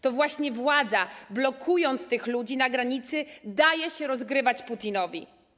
To właśnie władza, blokując tych ludzi na granicy, daje się rozgrywać Putinowi.